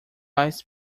lies